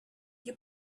you